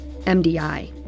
MDI